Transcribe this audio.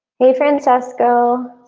hey, francisco!